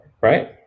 Right